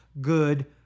good